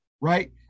right